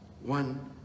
one